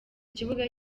kibuga